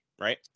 right